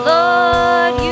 Lord